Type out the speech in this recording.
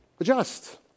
adjust